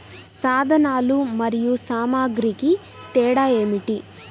సాధనాలు మరియు సామాగ్రికి తేడా ఏమిటి?